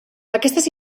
aquestes